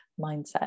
mindset